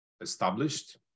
established